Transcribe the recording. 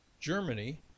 Germany